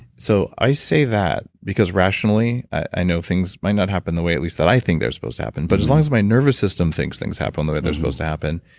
so i say that because rationally, i know things might not happen the way, at least, that i think they're supposed to happen, but as long as my nervous system thinks things happen the way they're supposed to happen,